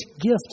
gift